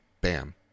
Bam